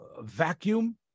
vacuum